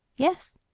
yes.